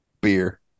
beer